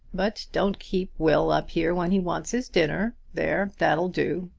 but don't keep will up here when he wants his dinner. there that'll do.